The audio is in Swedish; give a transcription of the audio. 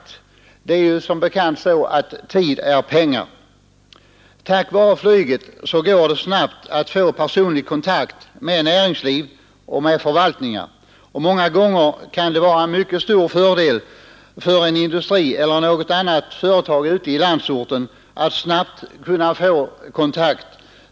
Tid är som bekant pengar. Tack vare flyget går det snabbt att få personlig kontakt med näringsliv och förvaltningar. Många gånger kan det vara av mycket stor fördel för en industri eller ett företag ute i landsorten att snabbt få kontakt med huvudstaden.